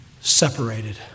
separated